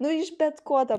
nu iš bet ko ta